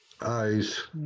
Eyes